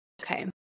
Okay